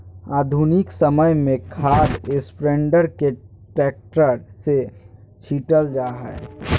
आधुनिक समय में खाद स्प्रेडर के ट्रैक्टर से छिटल जा हई